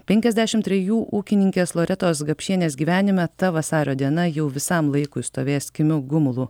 penkiasdešim trejų ūkininkės loretos gapšienės gyvenime ta vasario diena jau visam laikui stovės kimiu gumulu